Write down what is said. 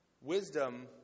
Wisdom